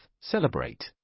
celebrate